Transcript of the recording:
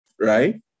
right